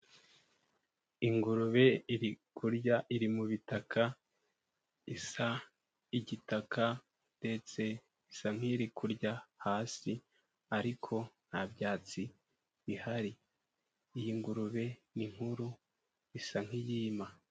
Ingurube iri kurya, iri mu bitaka, isa igitaka, ndetse isa nk'iri kurya hasi, ariko nta byatsi bihari. Iyi ngurube ni nkuru, isa nk'iyima.